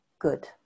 good